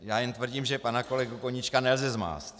Já jen tvrdím, že pana kolegu Koníčka nelze zmást.